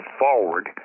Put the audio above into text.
forward